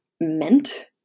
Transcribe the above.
meant